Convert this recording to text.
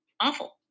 Awful